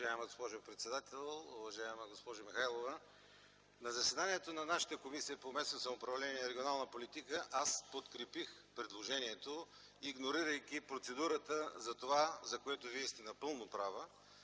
Уважаема госпожо председател, уважаема госпожо Михайлова! На заседанието на нашата Комисия по местно самоуправление и регионална политика аз подкрепих предложението, игнорирайки процедурата за това, за което Вие сте напълно права,